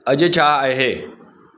अॼु छा आहे